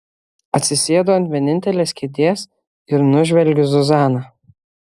atsisėdu ant vienintelės kėdės ir nužvelgiu zuzaną